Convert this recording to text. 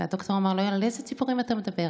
והדוקטור אמר לו: על אילו ציפורים אתה מדבר?